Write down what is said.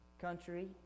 country